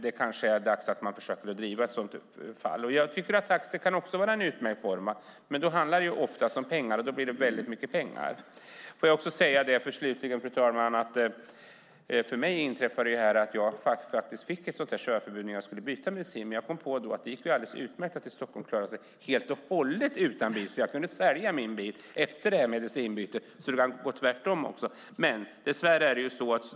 Det kanske är dags att försöka driva ett sådant fall. Taxi kan också vara ett sätt, men då handlar det om väldigt mycket pengar. Jag fick ett sådant här körförbud när jag bytte medicin. Jag kom då på att det gick alldeles utmärkt att klara sig helt utan bil i Stockholm så jag kunde sälja min bil efter medicinbytet.